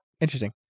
interesting